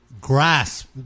grasp